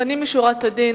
לפנים משורת הדין,